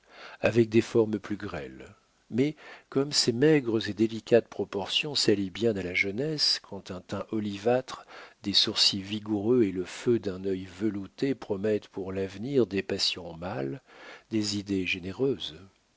avec des formes plus grêles mais comme ces maigres et délicates proportions s'allient bien à la jeunesse quand un teint olivâtre des sourcils vigoureux et le feu d'un œil velouté promettent pour l'avenir des passions mâles des idées généreuses